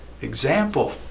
Example